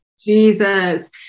Jesus